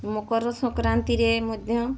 ମକର ସଂକ୍ରାନ୍ତିରେ ମଧ୍ୟ